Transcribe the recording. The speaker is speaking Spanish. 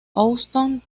houston